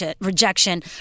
rejection